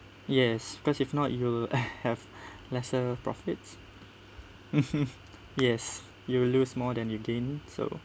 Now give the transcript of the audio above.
yes because if not you will have lesser profits yes you will lose more than you gain so